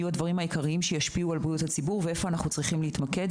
הדברים שישפיעו על בריאות הציבור ואיפה אנחנו צריכים להתמקד.